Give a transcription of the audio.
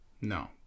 No